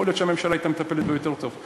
יכול להיות שהממשלה הייתה מטפלת בו יותר טוב.